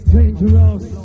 Dangerous